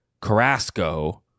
Carrasco